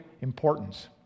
importance